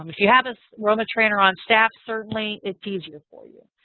um if you have this roma trainer on staff, certainly it's easier for you.